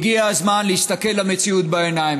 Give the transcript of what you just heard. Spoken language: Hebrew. הגיע הזמן להסתכל למציאות בעיניים.